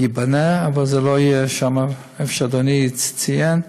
ייבנה, אבל לא יהיה במקום שאדוני ציין,